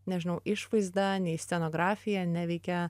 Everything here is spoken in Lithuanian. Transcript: nežinau išvaizda nei scenografija neveikia